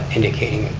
indicating,